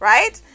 Right